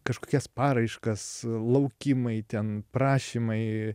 kažkokias paraiškas laukimai ten prašymai